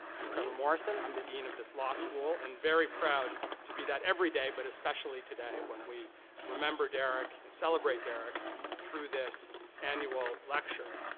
i'm trevor morrison, i'm the dean of this law school. i'm and very proud to be that every day, but especially today, when we remember derrick, and celebrate derrick through this annual lecture.